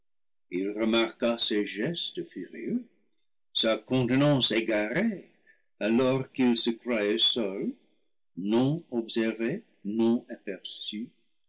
il remarqua ses gestes furieux sa contenance égarée alors qu'il se croyait seul non observé non aperçu